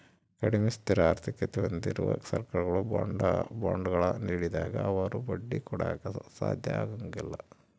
ಕಡಿಮೆ ಸ್ಥಿರ ಆರ್ಥಿಕತೆ ಹೊಂದಿರುವ ಸರ್ಕಾರಗಳು ಬಾಂಡ್ಗಳ ನೀಡಿದಾಗ ಅವರು ಬಡ್ಡಿ ಕೊಡಾಕ ಸಾಧ್ಯ ಆಗಂಗಿಲ್ಲ